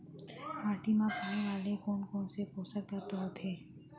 माटी मा पाए वाले कोन कोन से पोसक तत्व होथे?